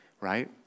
right